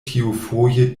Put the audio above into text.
tiufoje